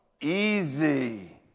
Easy